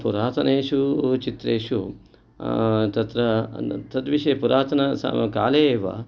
पुरातनेषु चित्रेषु तत्र तद्विषये पुरातन काले एव